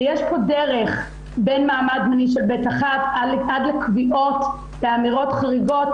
ויש פה דרך בין מעמד זמני של ב-1 עד לקביעות ואמירות חריגות,